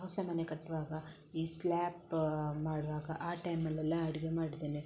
ಹೊಸ ಮನೆ ಕಟ್ಟುವಾಗ ಈ ಸ್ಲ್ಯಾಪ್ ಮಾಡುವಾಗ ಆ ಟೈಮಲ್ಲೆಲ್ಲ ಅಡುಗೆ ಮಾಡಿದ್ದೇನೆ